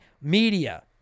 media